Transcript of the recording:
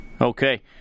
Okay